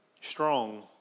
strong